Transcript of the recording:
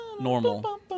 normal